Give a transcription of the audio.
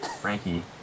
Frankie